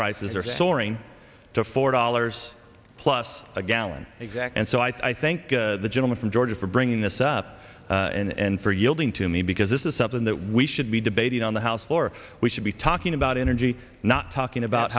prices are soaring to four dollars plus a gallon exact and so i think the gentleman from georgia for bringing this up and for yielding to me because this is something that we should be debating on the house floor we should be talking about energy not talking about